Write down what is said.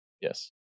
yes